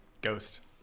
Ghost